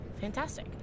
Fantastic